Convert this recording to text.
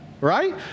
right